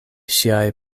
ŝiaj